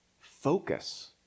focus